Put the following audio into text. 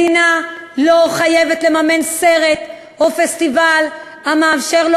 מדינה לא חייבת לממן סרט או פסטיבל המאפשר לו